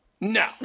No